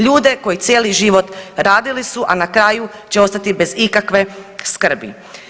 Ljude koji cijeli život radili su, a na kraju će ostati bez ikakve skrbi.